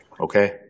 Okay